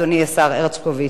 אדוני השר הרשקוביץ,